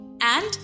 And